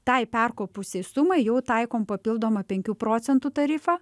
tai perkopusiai sumai jau taikom papildomą penkių procentų tarifą